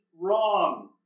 wrong